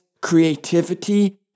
creativity